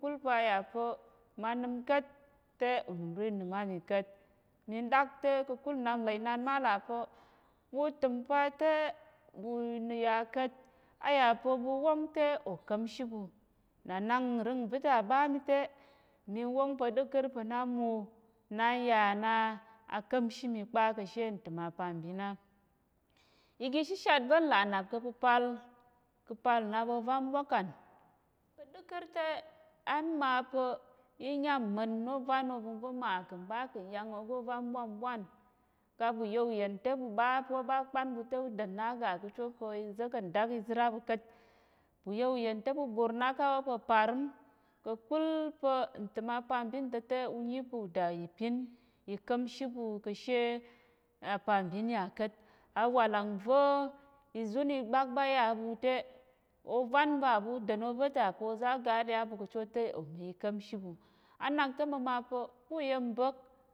Kul pa̱ a yà pa̱ ma nəm ka̱t te, unəm ro i nəm á mi ka̱t mi ɗak te, ka̱kul nnap nlà inan ma là pa̱ ɓu təm pa te ɓu ya ka̱t. A yà pa̱ ɓu wong te, ò ka̱mshi ɓu, nna nak nrəng nva̱ ta ɓa á mi te, mi wong pa̱ ɗəkər pa̱ na m mwo na n ya na á ka̱mshi mi kpa ka̱ she ntəm apambin á. Iga ishishat va̱ n là nnap ka̱ pəpal, ka̱ pal nnap ovan ɓwakan, pa̱ ɗəkər te á ma pa̱ í nyám mma̱n ôvan ovəngva̱ mà kà̱ mɓa kà̱ ngyang ova̱ ovan bwaǹ bwaǹ ka ɓu ya uyən te ɓu ɓa pa o ɓa o kpan ɓu te ú den na á ga ka̱ cho pa̱ uza̱ kà̱ ndak izər á ɓu ka̱t. Ɓu ya uyən te, bur na ká̱ awó pa̱ parəm ka̱kul pa̱ ntəm apambin ta̱ te u nyi pa̱ uda ìpin i ka̱mshi ɓu ka̱ she abambin yà kat. Awàlang va̱ izun igbak ɓa ya ɓu te, ovan va ɓu den ova̱ ta pa̱ á ga á le á ɓu ka̱ cho te oma ika̱mshi ɓu á nak te á məma pa̱ ku uyen bək